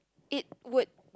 it would